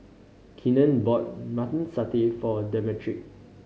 Keenen bought Mutton Satay for Demetric